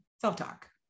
Self-talk